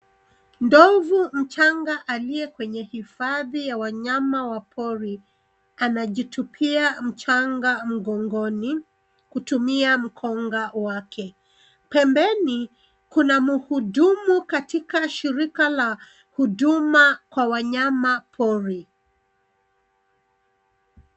Ndovu mchanga aliye kwenye hifadhi ya wanyama wa pori. Anajitupia mchanga mgongoni, kutumia mkonga wake. Pembeni kuna mhudumu katika shirika la huduma kwa wanyamapori.